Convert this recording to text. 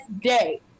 day